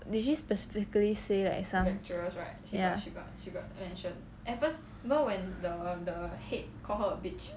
did she specifically say like some ya